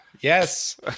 yes